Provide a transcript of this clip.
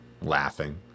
laughing